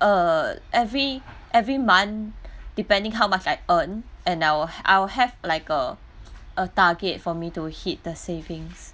err every every month depending how much I earn and I will h~ I will have like a a target for me to hit the savings